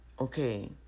Okay